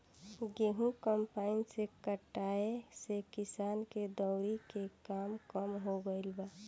गेंहू कम्पाईन से कटाए से किसान के दौवरी के काम कम हो गईल बा